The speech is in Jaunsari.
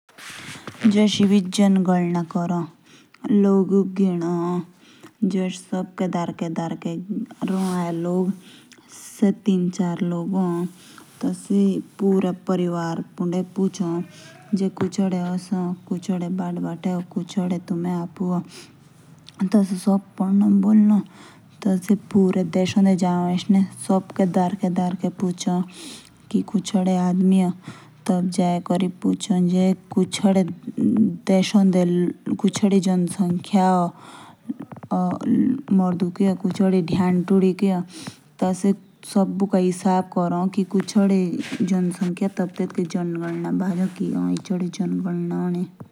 जो जांगन्ना करो से लोगु गिदो की काति काति ए। से अंधेरे में डूब जाओ। से तीन चार आदमी ए। तो से शुद्ध परिवार पुंदे पूछो कुछदे ए।